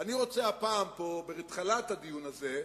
אני רוצה הפעם פה, בהתחלת הדיון הזה,